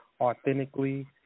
authentically